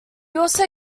also